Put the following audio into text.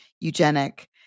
eugenic